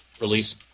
release